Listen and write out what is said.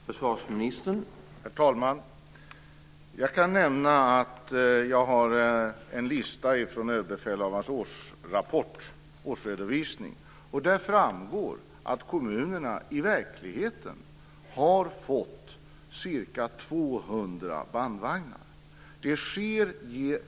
Herr talman! Jag kan nämna att jag har en lista från Överbefälhavarens årsredovisning, och där framgår att kommunerna i verkligheten har fått ca 200 bandvagnar.